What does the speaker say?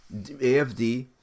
AFD